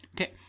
Okay